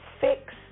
fix